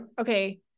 okay